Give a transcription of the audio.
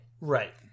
Right